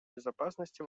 безопасности